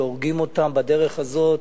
שהורגים אותם בדרך הזאת,